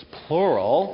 plural